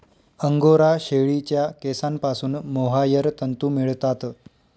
angora शेळीच्या केसांपासून mohair तंतू मिळतात